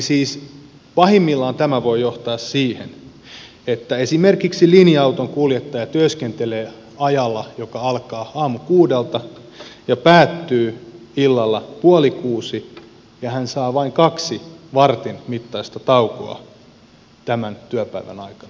siis pahimmillaan tämä voi johtaa siihen kun esimerkiksi linja autonkuljettaja työskentelee ajalla joka alkaa aamukuudelta ja päättyy illalla puoli kuusi että hän saa vain kaksi vartin mittaista taukoa tämän työpäivän aikana